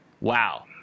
Wow